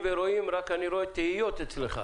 לא הבנתי את ההערה.